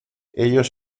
ellos